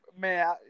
man